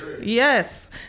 Yes